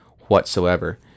whatsoever